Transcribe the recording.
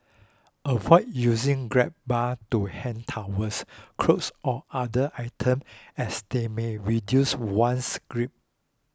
avoid using grab bar to hang towels clothes or other items as they may reduce one's grip